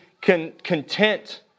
content